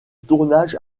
tournage